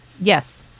Yes